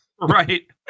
Right